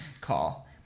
call